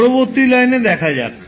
পরবর্তী লাইনে দেখা যাক